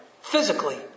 physically